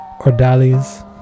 Ordali's